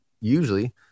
usually